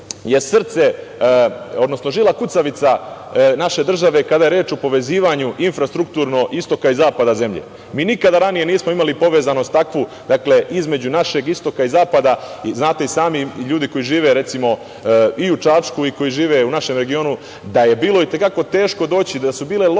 je srce, odnosno žila kucavica naše države kada je reč o povezivanju infrastrukturno istoka i zapada zemlje. Mi nikada ranije nismo imali povezanost takvu između našeg istoka i zapada. Znate i sami, ljudi koji žive, recimo i u Čačku i koji žive u našem regionu, da je bilo i te kako teško doći, da su bile lođe